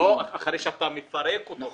לא, אחרי שאתה מפרק אותו.